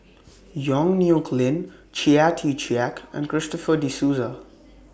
Yong Nyuk Lin Chia Tee Chiak and Christopher De Souza